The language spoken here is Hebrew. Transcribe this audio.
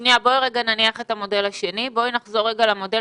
נניח לרגע בצד את המודל השני ונחזור למודל